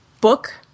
book